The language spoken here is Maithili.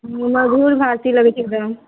मधुरभाषी लगै छै एकदम